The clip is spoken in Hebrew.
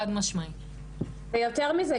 יותר מזה,